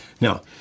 Now